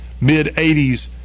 mid-80s